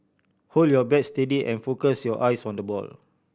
hold your bat steady and focus your eyes on the ball